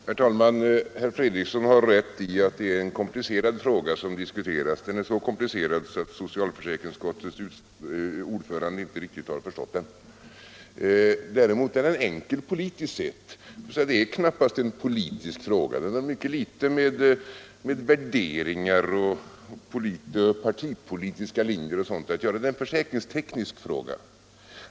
Herr talman! Herr Fredriksson har rätt i att det är en komplicerad fråga som nu diskuteras. Den är så komplicerad att socialförsäkringsutskottets ordförande inte riktigt har förstått den. Däremot är den enkel politiskt sett — dvs. den är knappast en politisk fråga. Den har mycket litet med värderingar, partipolitiska linjer och sådant att göra. Den är en försäkringsteknisk fråga.